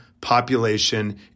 population